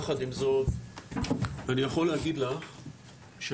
יחד עם זאת אני יכול להגיד לך שמחר,